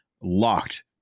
locked